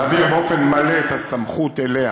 להעביר באופן מלא את הסמכות אליה